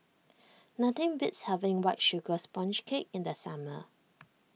nothing beats having White Sugar Sponge Cake in the summer